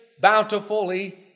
bountifully